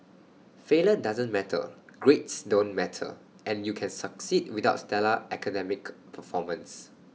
failure doesn't matter grades don't matter and you can succeed without stellar academic performance